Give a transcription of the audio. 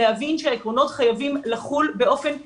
להבין שהעקרונות חייבים לחול באופן עקבי,